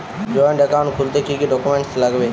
Joint account খুলতে কি কি ডকুমেন্টস লাগবে?